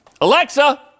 Alexa